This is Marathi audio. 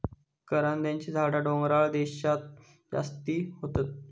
करांद्याची झाडा डोंगराळ देशांत जास्ती होतत